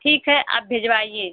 ठीक है आप भिजवाइए